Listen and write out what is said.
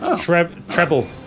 treble